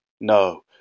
No